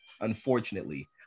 unfortunately